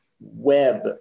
web